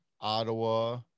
Ottawa